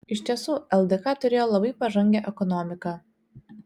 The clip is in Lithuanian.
iš tiesų ldk turėjo labai pažangią ekonomiką